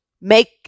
make